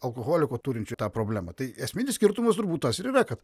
alkoholiko turinčio tą problemą tai esminis skirtumas turbūt tas ir yra kad